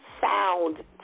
sound